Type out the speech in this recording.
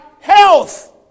health